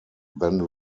then